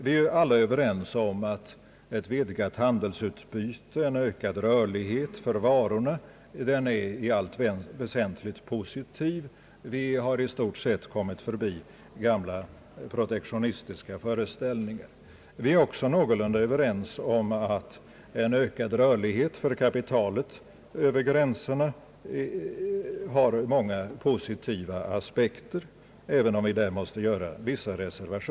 Vi är alla överens om att ett vidgat handelsutbyte, en ökad rörlighet för varorna, i allt väsentligt är någonting positivt. Vi har i stort sett kommit förbi gamla protektionistiska föreställningar. Vi är också någorlunda överens om att en ökad rörlighet för kapitalet över gränserna har många positiva aspekter, även om vissa reservationer där måste göras.